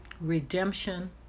redemption